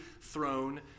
throne